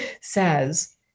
says